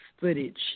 footage